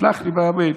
תשלח לי במייל.